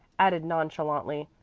added nonchalantly,